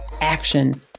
action